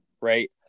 right